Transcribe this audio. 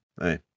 hey